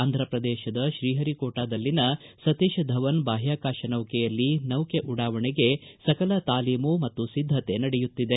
ಆಂಧ್ರಪ್ರದೇಶದ ಶ್ರೀಹರಿ ಕೋಟಾದಲ್ಲಿನ ಸತೀಶ್ ಧವನ್ ಬಾಹ್ಕಾಕಾಶ ನೆಲೆಯಲ್ಲಿ ನೌಕೆ ಉಡಾವಣೆಗೆ ಸಕಲ ತಾಲೀಮು ಮತ್ತು ಸಿದ್ದತೆ ನಡೆಯುತ್ತಿದೆ